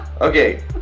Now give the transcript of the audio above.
okay